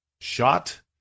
Shot